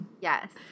Yes